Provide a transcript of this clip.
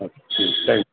okay thank you